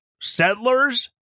settlers